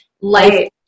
life